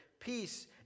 peace